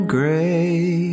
Gray